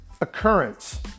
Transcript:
occurrence